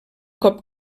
cop